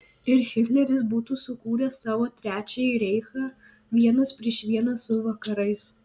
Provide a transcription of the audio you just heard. ir hitleris būtų sukūręs savo trečiąjį reichą vienas prieš vieną su vakarais